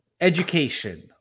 education